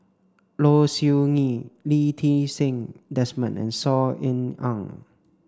Low Siew Nghee Lee Ti Seng Desmond and Saw Ean Ang